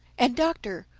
and doctor,